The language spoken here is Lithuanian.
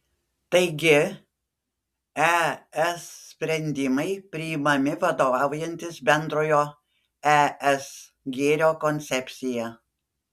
taigi es sprendimai priimami vadovaujantis bendrojo es gėrio koncepcija